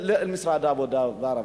משרד העבודה והרווחה.